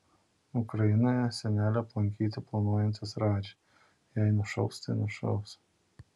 ukrainoje senelį aplankyti planuojantis radži jei nušaus tai nušaus